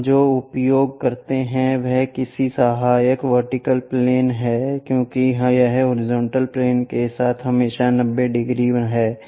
हम जो उपयोग करते हैं वह इसकी सहायक वर्टिकल प्लेन है क्योंकि यह हॉरिजॉन्टल प्लेन के साथ हमेशा 90 डिग्री है